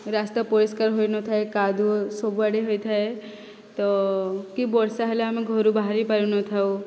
ରାସ୍ତା ପରିଷ୍କାର ହୋଇନଥାଏ କାଦୁଅ ସବୁ ଆଡ଼େ ହୋଇଥାଏ ତ କି ବର୍ଷା ହେଲେ ଆମେ ଘରୁ ବାହାରି ପାରୁ ନଥାଉ